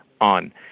on